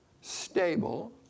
stable